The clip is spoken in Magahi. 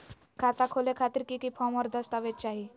खाता खोले खातिर की की फॉर्म और दस्तावेज चाही?